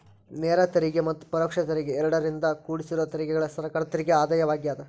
ನೇರ ತೆರಿಗೆ ಮತ್ತ ಪರೋಕ್ಷ ತೆರಿಗೆ ಎರಡರಿಂದೂ ಕುಡ್ಸಿರೋ ತೆರಿಗೆಗಳ ಸರ್ಕಾರದ ತೆರಿಗೆ ಆದಾಯವಾಗ್ಯಾದ